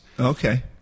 Okay